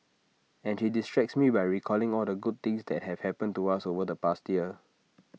and she distracts me by recalling all the good things that have happened to us over the past year